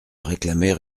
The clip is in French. réclamer